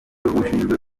ushinzwe